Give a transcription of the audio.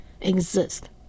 exist